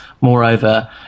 moreover